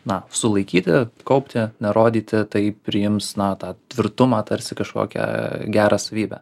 na sulaikyti kaupti nerodyti tai priims na tą tvirtumą tarsi kažkokią gerą savybę